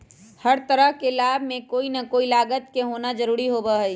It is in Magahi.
हर तरह के लाभ में कोई ना कोई लागत के होना जरूरी होबा हई